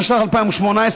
התשע"ח 2018,